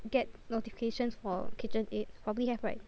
get notifications for KitchenAid probably have right